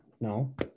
No